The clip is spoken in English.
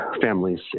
families